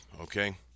okay